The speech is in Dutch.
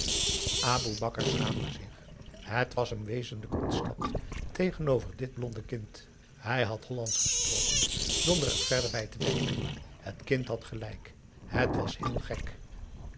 aboe bakar schaamde zich het was hem wezenlijk ontsnapt tegenover dit blonde kind hij had hollandsch gesproken zonder er verder bij te denken het kind had gelijk het was heel gek